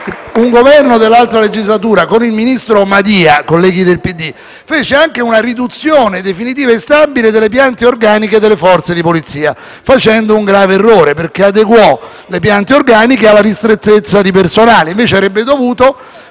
un Governo della scorsa legislatura con il ministro Madia, colleghi del PD, dispose anche una riduzione definitiva e stabile delle piante organiche delle forze di polizia, facendo un grave errore, perché le adeguò alla ristrettezza di personale, invece avrebbe dovuto